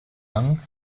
young